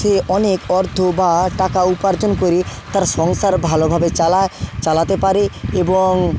সে অনেক অর্থ বা টাকা উপার্জন করে তার সংসার ভালোভাবে চালায় চালাতে পারে এবং